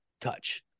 touch